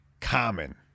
common